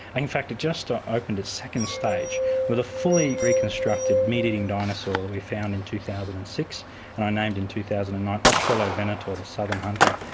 in fact it just ah opened its second stage with a fully reconstructed meat-eating dinosaur that we found in two thousand and six and i named in two thousand and nine australovenator, the southern hunter.